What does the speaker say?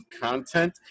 content